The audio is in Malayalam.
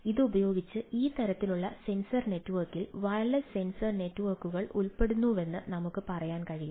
ഇതുപയോഗിച്ച് ഈ തരത്തിലുള്ള സെൻസർ നെറ്റ്വർക്കിൽ ഉൾപ്പെടുന്നുവെന്ന് നമുക്ക് പറയാൻ കഴിയും